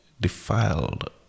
defiled